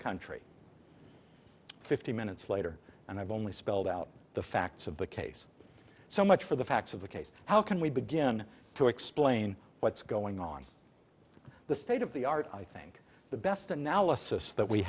country fifty minutes later and i've only spelled out the facts of the case so much for the facts of the case how can we begin to explain what's going on the state of the art i think the best analysis that we